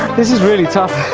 this is really tough!